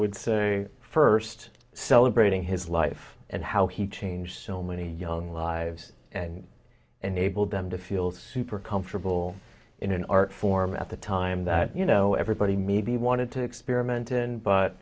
would say first celebrating his life and how he changed so many young lives and enabled them to feel super comfortable in an art form at the time that you know everybody maybe wanted to experiment and but